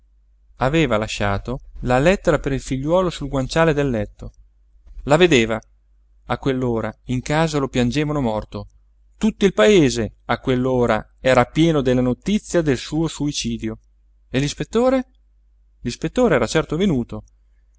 aveva lasciato la lettera per il figliuolo sul guanciale del letto la vedeva a quell'ora in casa lo piangevano morto tutto il paese a quell'ora era pieno della notizia del suo suicidio e l'ispettore l'ispettore era certo venuto